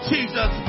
Jesus